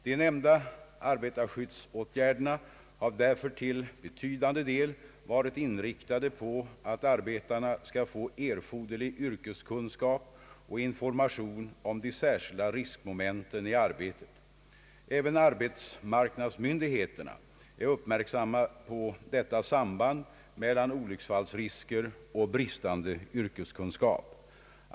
De nämnda arbetarskyddsåtgärderna har därför till betydande del varit inriktade på att arbetarna skall få erforderlig yrkeskunskap och information om de särskilda riskmomenten i arbetet. Även arbetsmarknadsmyndigheterna är uppmärksamma på detta samband mellan olycksfallsrisker och bristande yrkeskunskap.